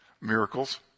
miracles